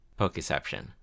pokeception